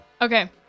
Okay